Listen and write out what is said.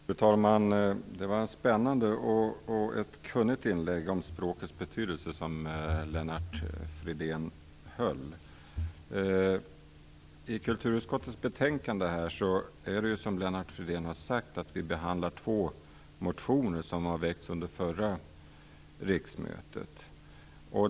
Fru talman! Det var ett spännande och kunnigt inlägg om språkets betydelse som Lennart Fridén gjorde. I kulturutskottets betänkande behandlas två motioner som väcktes under förra riksmötet.